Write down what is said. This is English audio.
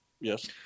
Yes